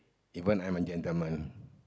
even I'm a gentleman